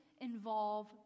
involve